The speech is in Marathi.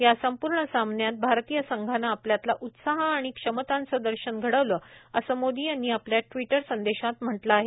या संपूर्ण सामन्यात भारतीय संघानं आपल्यातला उत्साह आणि क्षमतांचं दर्शन घ वलं असं मोदी यांनी आपल्या ट्विटर संदेशात म्हटलं आहे